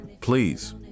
please